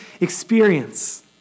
experience